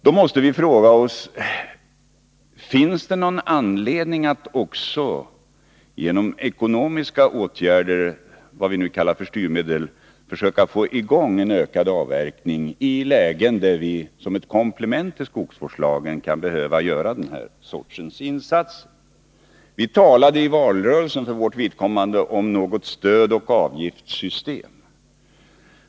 Då måste vi fråga oss: Finns det någon anledning att också genom ekonomiska åtgärder, vad vi nu kallar för styrmedel, försöka få i gång en ökad avverkning i lägen där vi som ett komplement till skogsvårdslagen kan behöva göra den här sortens insatser? Vi talade i valrörelsen för vårt vidkommande om något stödoch avgiftssystem.